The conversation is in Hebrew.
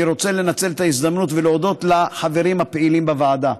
אני רוצה לנצל את ההזדמנות ולהודות לחברים הפעילים בוועדה.